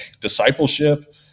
discipleship